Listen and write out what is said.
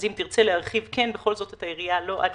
אם בכל זאת תרצה להרחיב את היריעה לא עד